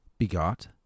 Begot